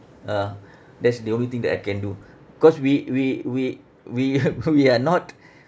uh that's the only thing that I can do cause we we we we we are not